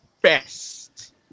best